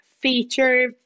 feature